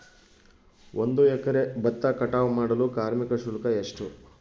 ಒಂದು ಎಕರೆ ಭತ್ತ ಕಟಾವ್ ಮಾಡಲು ಕಾರ್ಮಿಕ ಶುಲ್ಕ ಎಷ್ಟು?